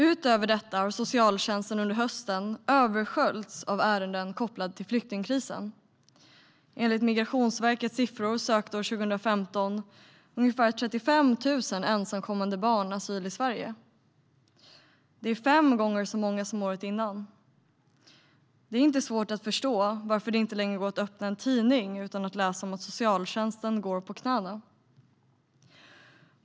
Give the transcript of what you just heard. Utöver detta har socialtjänsten under hösten översköljts av ärenden kopplade till flyktingkrisen. Enligt Migrationsverkets siffror sökte år 2015 ungefär 35 000 ensamkommande barn asyl i Sverige. Det är fem gånger så många som året innan. Det är inte svårt att förstå varför det inte längre går att öppna en tidning utan att läsa om hur socialtjänsten går på knäna.